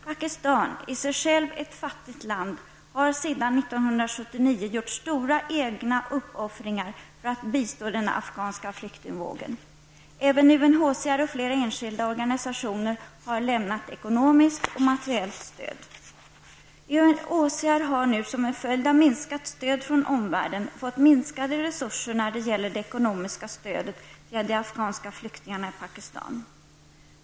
Pakistan -- i sig självt ett fattigt land -- har sedan 1979 gjort stora egna uppoffringar för att bistå människorna i den afghanska flyktingvågen. Även UNHCR och flera enskilda organisationer har lämnat ekonomiskt och materiellt stöd. UNHCR har nu, som en följd av minskat stöd från omvärlden, fått minskade resurser när det gäller det ekonomiska stödet till de afghanska flyktingarna i Pakistan.